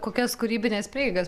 kokias kūrybines prieigas